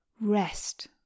rest